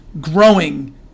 growing